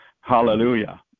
Hallelujah